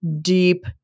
deep